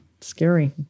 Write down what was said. scary